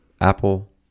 Apple